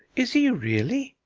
is he really?